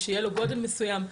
שהוא יהיה בגודל מסוים,